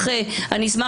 אשמח